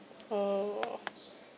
oh